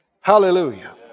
Hallelujah